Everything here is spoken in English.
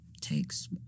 takes